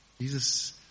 Jesus